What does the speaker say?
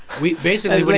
we basically,